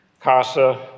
CASA